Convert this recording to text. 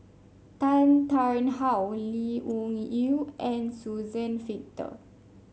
Tan Tarn How Lee Wung Yew and Suzann Victor